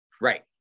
Right